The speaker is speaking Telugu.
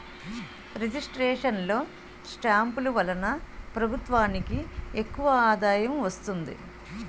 రిజిస్ట్రేషన్ లో స్టాంపులు వలన ప్రభుత్వానికి ఎక్కువ ఆదాయం వస్తుంది